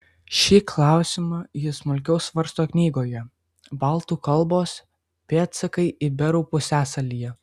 šį klausimą ji smulkiau svarsto knygoje baltų kalbos pėdsakai iberų pusiasalyje